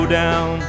down